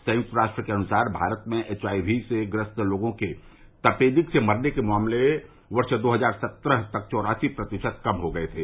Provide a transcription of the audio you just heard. संयुक्त राष्ट्र के अनुसार भारत में एचआईवी से ग्रस्त लोगों के तपेदिक से मरने के मामले वर्ष दो हजार सत्रह तक चौरासी प्रतिशत कम हो गए थे